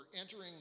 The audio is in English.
entering